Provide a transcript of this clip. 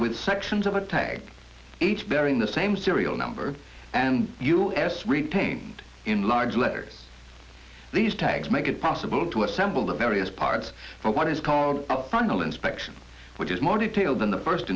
with sections of a tag each bearing the same serial number and us retained in large letters these tags make it possible to assemble the various parts for what is called frontal inspection which is more detailed than the first